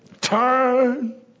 Turn